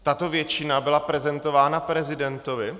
Tato většina byla prezentována prezidentovi.